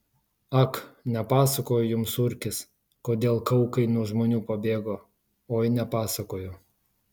ak nepasakojo jums urkis kodėl kaukai nuo žmonių pabėgo oi nepasakojo